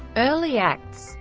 early acts